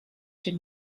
den